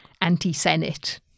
anti-Senate